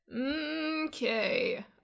okay